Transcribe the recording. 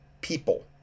people